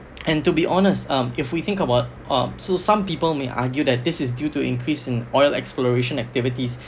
and to be honest um if we think about uh so some people may argue that this is due to increase in oil exploration activities